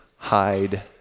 hide